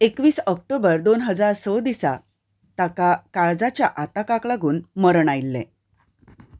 एकवीस ऑक्टोबर दोन हजार स दिसा ताका काळजाच्या आताकाक लागून मरण आयिल्लें